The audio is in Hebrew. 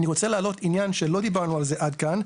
אני רוצה להעלות עניין שלא דיברנו עליו עד כאן,